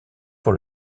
pour